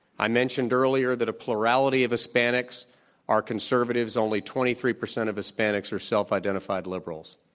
i mentioned earlier that a plurality of hispanics are conservatives. only twenty three percent of hispanics are self-identified liberals.